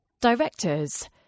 Directors